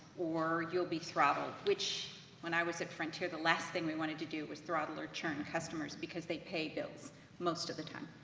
or you'll be throttled, which when i was at frontier, the last thing we wanted to do was throttle or churn customers because they pay bills most of the time.